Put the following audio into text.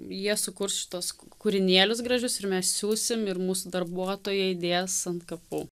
jie sukurs šituos kūrinėlius gražius ir mes siųsim ir mūsų darbuotojai dės ant kapų